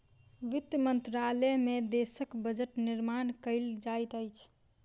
वित्त मंत्रालय में देशक बजट निर्माण कयल जाइत अछि